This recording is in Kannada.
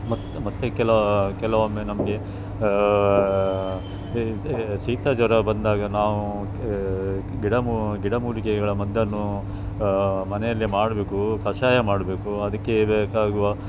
ಮತ್ತು ಮತ್ತು ಕೆಲ ಕೆಲವೊಮ್ಮೆ ನಮಗೆ ಶೀತ ಶೀತ ಜ್ವರ ಬಂದಾಗ ನಾವು ಗಿಡಮೂ ಗಿಡಮೂಲಿಕೆಗಳ ಮದ್ದನ್ನು ಮನೆಯಲ್ಲೇ ಮಾಡಬೇಕು ಕಷಾಯ ಮಾಡಬೇಕು ಅದಕ್ಕೆ ಬೇಕಾಗುವ